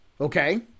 okay